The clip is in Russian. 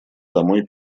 домой